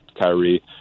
Kyrie